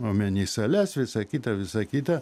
omeny sales visa kita visa kita